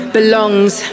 belongs